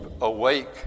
awake